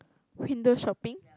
window shopping